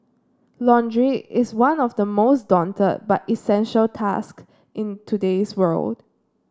laundry is one of the most daunted but essential task in today's world